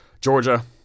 Georgia